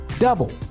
double